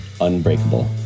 unbreakable